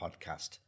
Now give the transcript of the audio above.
podcast